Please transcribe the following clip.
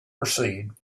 proceed